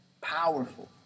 Powerful